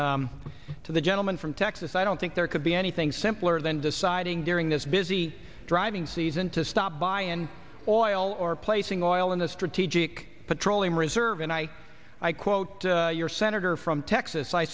h to the gentleman from texas i don't think there could be anything simpler than deciding during this busy driving season to stop by and oil or placing oil in the strategic petroleum reserve and i i quote your senator from texas i